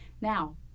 Now